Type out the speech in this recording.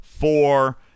four